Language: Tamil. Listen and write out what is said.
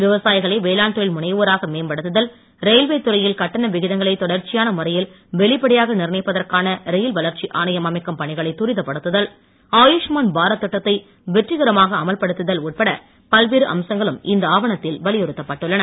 விவசாயிகளை வேளாண் தொழில் முனைவோராக மேம்படுத்துதல் ரயில்வே துறையில் கட்டண விகிதங்களை தொடர்ச்சியான நிர்ணயிப்பதற்கான ரயில் வளர்ச்சி ஆணையம் அமைக்கும் பணிகளை துரிதப்படுத்துதல் ஆயுஷ்மான் பாரத் திட்டத்தை வெற்றிகரமாக அமல்படுத்துதல் உட்பட பல்வேறு அம்சங்களும் இந்த ஆவணத்தில் வலியுறுத்தப்பட்டுள்ளன